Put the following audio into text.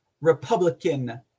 Republican